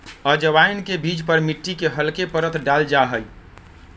अजवाइन के बीज पर मिट्टी के हल्के परत डाल्ल जाहई